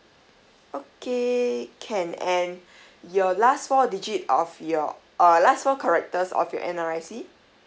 okay can and your last four digit of your uh last four characters of your N_R_I_C